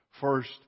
First